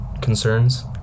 concerns